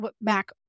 back